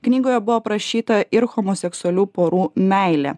knygoje buvo aprašyta ir homoseksualių porų meilė